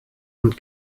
und